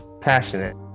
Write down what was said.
Passionate